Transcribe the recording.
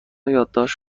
یادداشت